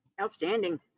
outstanding